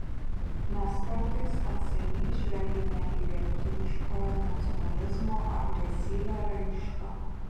mes kartais atsainiai žvelgiame į lietuviškojo nacionalizmo agresyvią raišką